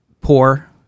poor